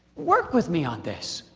work with me on this.